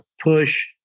push